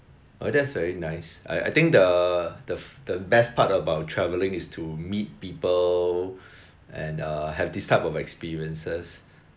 oh that is very nice I I think the the f~ the best part about travelling is to meet people and uh have this type of experiences